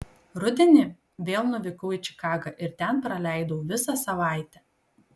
rudenį vėl nuvykau į čikagą ir ten praleidau visą savaitę